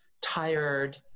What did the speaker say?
tired